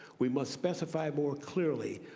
we must specify more clearly,